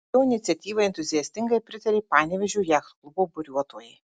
jo iniciatyvai entuziastingai pritarė panevėžio jachtklubo buriuotojai